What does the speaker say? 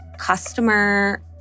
customer